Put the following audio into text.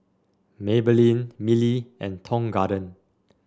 Maybelline Mili and Tong Garden